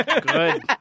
Good